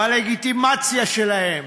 בלגיטימציה שלהם,